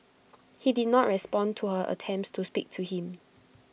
he did not respond to her attempts to speak to him